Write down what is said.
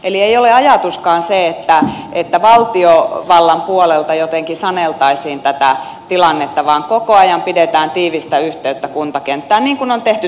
eli se ei ole ajatuskaan että valtiovallan puolelta jotenkin saneltaisiin tätä tilannetta vaan koko ajan pidetään tiivistä yhteyttä kuntakenttään niin kuin on tehty tähänkin asti